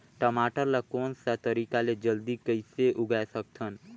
टमाटर ला कोन सा तरीका ले जल्दी कइसे उगाय सकथन?